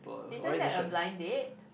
isn't that a blind date